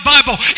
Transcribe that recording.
Bible